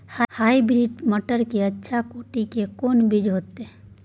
Hybrid मटर के अच्छा कोटि के कोन बीज होय छै?